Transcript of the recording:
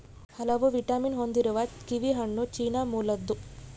ಹಲವು ವಿಟಮಿನ್ ಹೊಂದಿರುವ ಕಿವಿಹಣ್ಣು ಚೀನಾ ಮೂಲದ್ದು